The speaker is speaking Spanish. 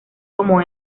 como